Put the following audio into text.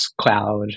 cloud